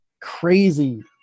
crazy